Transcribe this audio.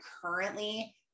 currently